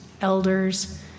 elders